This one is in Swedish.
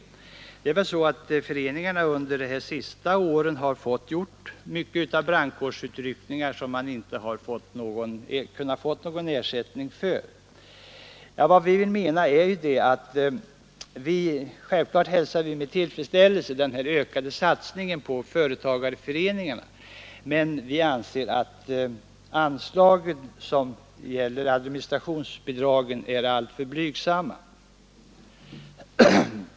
Under de senaste åren har föreningarna fått göra många brandkårsutryckningar som de inte har kunnat få någon ersättning för. Självfallet hälsar vi med tillfredsställelse den ökade satsningen på företagarföreningarna, men vi anser alltså att anslaget som gäller administrationsbidragen är alltför blygsamt.